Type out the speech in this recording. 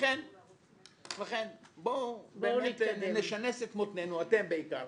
לכן בואו נשנס את מתנינו, אתם בעיקר